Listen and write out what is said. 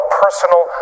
personal